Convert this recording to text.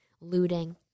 looting